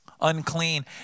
Unclean